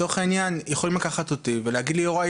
לצורך העניין יכולים לקחת אותי ולהגיד לי "יוראי